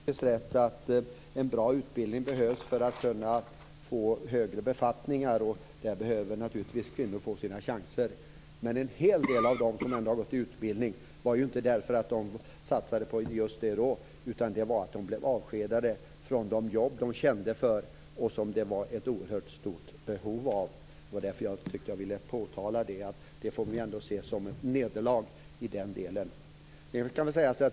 Herr talman! Det är naturligtvis riktigt att det behövs en bra utbildning för att kunna få högre befattningar, som naturligtvis också kvinnor behöver få chanser till. Men en hel del av dem som har gått in i utbildning gjorde det inte därför att de ville satsa på det just då utan därför att de blev avskedade från de jobb som de kände för och hade ett oerhört stort behov av. Jag ville påpeka att detta får ses som ett nederlag.